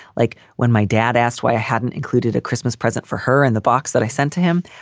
like when my dad asked why i hadn't included a christmas present for her in the box that i sent to him,